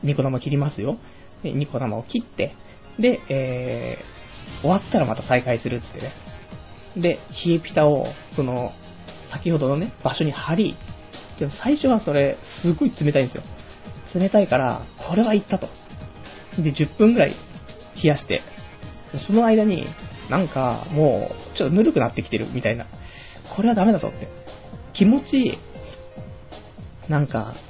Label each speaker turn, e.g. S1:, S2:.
S1: ニコ生切りますよ。で、ニコ生を切って、で、えー、終わったらまた再開するっつってね。で、冷えピタを、その、先ほどのね、場所に貼り、でも最初はそれ、すごい冷たいんですよ。冷たいから、これは行ったと。で、10分ぐらい冷やして、その間に、なんかもう、ちょっとぬるくなってきてるみたいな。これはダメだぞって。気持ちいい。なんか